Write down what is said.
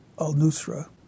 al-Nusra